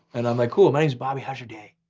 and i'm like, cool, my name is bobby, how's your day?